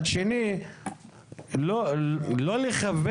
אבל זה לא החוק.